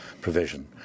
provision